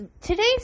Today's